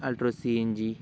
ultra C N G